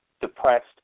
depressed